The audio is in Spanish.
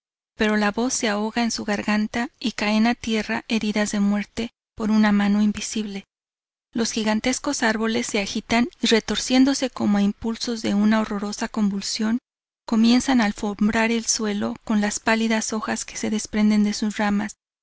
pero la voz se ahoga en su garganta y caen a tierra heridas de muerte por una mano invisible los gigantescos arboles se agitan y retorciéndose como a impulsos de una horrorosa convulsión comienzan a alfombrar el suelo con las pálidas hojas que desprenden de sus ramas